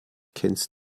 kennst